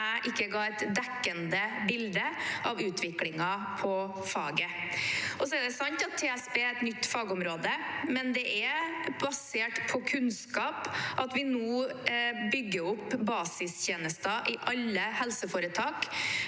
ikke ga et dekkende bilde av utviklingen i faget. Det er sant at TSB er et nytt fagområde, men det er basert på kunnskap at vi nå bygger opp basistjenester i alle helseforetak.